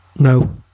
No